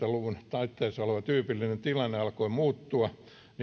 taitteessa ollut tyypillinen tilanne alkoi muuttua